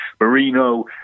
Marino